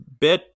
bit